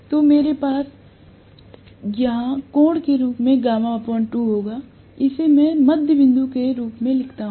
तो मेरे पास यहाँ कोण के रूप में γ 2 होगा इसे मैं मध्यबिंदु के रूप में लिखता हूं